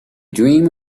dream